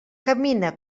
camina